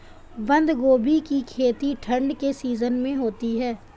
बंद गोभी की खेती ठंड के सीजन में होती है